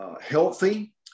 healthy